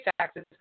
taxes